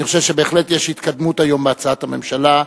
אני חושב שבהחלט יש התקדמות היום בהצעת הממשלה,